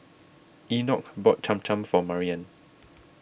Enoch bought Cham Cham for Maryanne